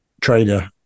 trader